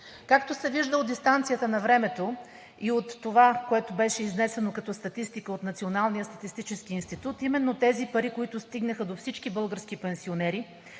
Както се вижда от дистанцията на времето и от това, което беше изнесено като статистика от Националния статистически институт, именно тези пари, които стигнаха до всички български пенсионери,